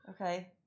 Okay